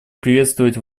приветствовать